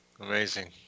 amazing